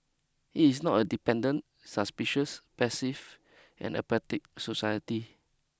it is not a dependent suspicious passive and apathetic society